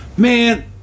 man